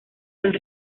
del